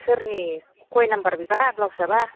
सोरनि खय नाम्बार बेबा ब्लाउस आबा